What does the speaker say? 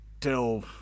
till